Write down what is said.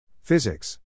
Physics